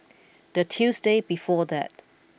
the Tuesday before that